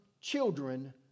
children